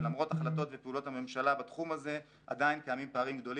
ולמרות החלטות ופעולות הממשלה בתחום הזה עדיין קיימים פערים גדלים